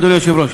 אדוני היושב-ראש,